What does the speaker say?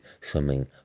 swimming